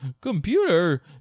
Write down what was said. Computer